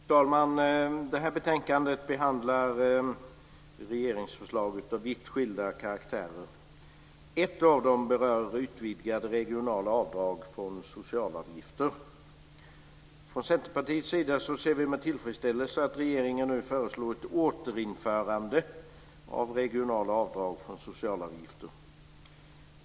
Fru talman! Det här betänkandet behandlar regeringsförlag av vitt skilda karaktärer. Ett berör utvidgade regionala avdrag från socialavgifter. Från Centerpartiets sida ser vi med tillfredsställelse att regeringen nu föreslår ett återinförande av regionala avdrag från socialavgifter.